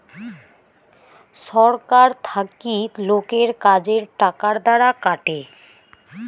ছরকার থাকি লোকের কাজের টাকার দ্বারা কাটে